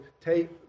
take